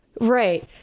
Right